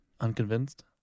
Unconvinced